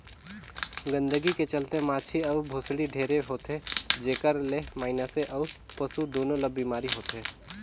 गंदगी के चलते माछी अउ भुसड़ी ढेरे होथे, जेखर ले मइनसे अउ पसु दूनों ल बेमारी होथे